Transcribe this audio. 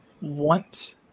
want